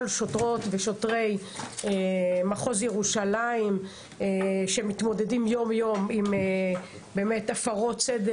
שוטרות ושוטרי מחוז ירושלים שמתמודדים יום יום עם הפרות סדר.